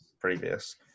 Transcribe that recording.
previous